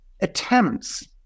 attempts